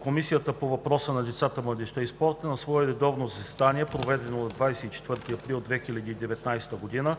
„Комисията по въпросите на децата, младежта и спорта на свое редовно заседание, проведено на 24 април 2019 г.,